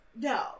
No